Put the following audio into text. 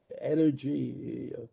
energy